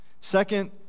second